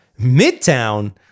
Midtown